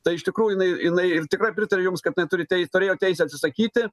tai iš tikrųjų jinai jinai ir tikrai pritariu jums kad jinai turi tei turėjo teisę atsisakyti